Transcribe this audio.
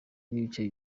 n’ibice